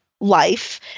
life